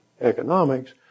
economics